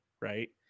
right